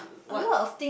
what